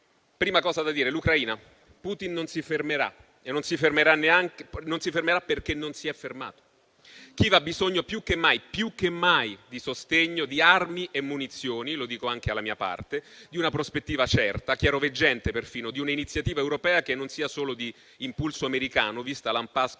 riguarda l'Ucraina. Putin non si fermerà e non si fermerà perché non si è fermato. Kiev ha bisogno più che mai di sostegno, di armi e munizioni - lo dico anche alla mia parte - di una prospettiva certa, chiaroveggente perfino; di un'iniziativa europea che non sia solo di impulso americano, vista l'*impasse*